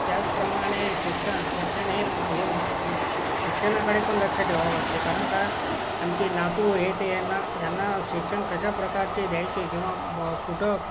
त्याचप्रमाणे शिक्षण शिक्षण हे हे शिक्षणाकडेपण लक्ष ठेवावं लागते कारण का आमचे नातू हे ते यांना यांना शिक्षण कशा प्रकारचे द्यायचे किंवा क कुठं